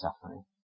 suffering